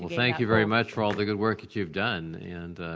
thank you very much for all the good work that you've done and